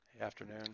afternoon